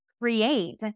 create